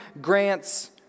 grants